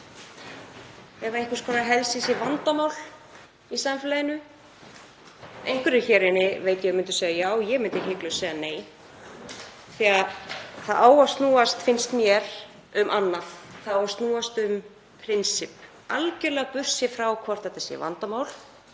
ef einhvers konar helsi er vandamál í samfélaginu? Einhverjir hér inni veit ég að myndu segja já. Ég myndi hiklaust segja nei, því að það á að snúast, finnst mér, um annað. Það á að snúast um prinsipp, algjörlega burtséð frá því hvort þetta er vandamál,